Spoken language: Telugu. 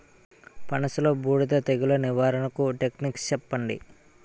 పనస లో బూడిద తెగులు నివారణకు టెక్నిక్స్ చెప్పండి?